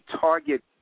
target